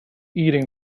eating